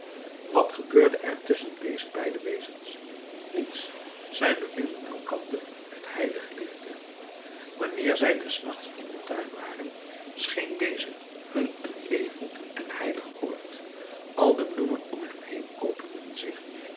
wat gebeurde er tusschen deze beide wezens niets zij beminden elkander met heilige liefde wanneer zij des nachts in den tuin waren scheen deze hun een levend en heilig oord al de bloemen om hen heen openden zich